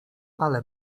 ale